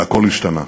והכול השתנה.